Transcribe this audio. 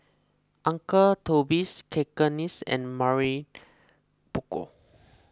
Uncle Toby's Cakenis and Mamy Poko